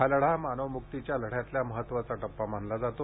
हा लढा मानव म्क्तीच्या लढ्यातला महत्वाचा टप्पा मानला जातो